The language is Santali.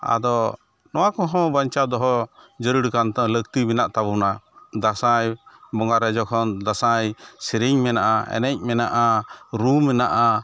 ᱟᱫᱚ ᱱᱚᱣᱟᱠᱚᱦᱚᱸ ᱵᱟᱧᱪᱟᱣ ᱫᱚᱦᱚ ᱡᱟᱹᱨᱩᱲ ᱞᱟᱹᱠᱛᱤ ᱢᱮᱱᱟᱜ ᱛᱟᱵᱚᱱᱟ ᱫᱟᱥᱟᱸᱭ ᱵᱚᱸᱜᱟᱨᱮ ᱡᱚᱠᱷᱚᱱ ᱫᱟᱥᱟᱸᱭ ᱥᱮᱨᱮᱧ ᱢᱮᱱᱟᱜᱼᱟ ᱮᱱᱮᱡ ᱢᱮᱱᱟᱜᱼᱟ ᱨᱩ ᱢᱮᱱᱟᱜᱼᱟ